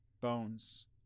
bones